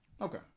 Okay